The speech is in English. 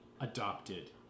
adopted